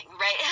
right